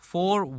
four